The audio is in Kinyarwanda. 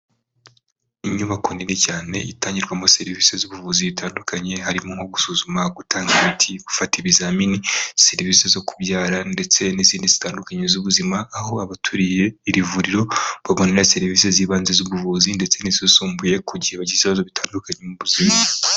Inyubako nini cyane itangirwamo serivisi z'ubuvuzi zitandukanye, harimo nko gusuzuma, gutanga imiti gufata ibizamini, serivisi zo kubyara, ndetse n'izindi zitandukanye z'ubuzima, aho abaturiye iri vuriro babonera serivisi z'ibanze z'ubuvuzi, ndetse n'izisumbuye kugihe bagize ibazo bitandukanye mu buzima.